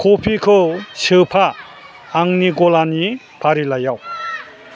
कफिखौ sofa आंनि गलानि फारिलाइआव